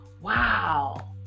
wow